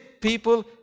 people